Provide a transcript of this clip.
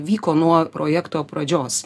vyko nuo projekto pradžios